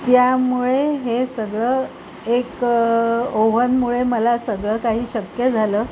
त्यामुळे हे सगळं एक ओव्हनमुळे मला सगळं काही शक्य झालं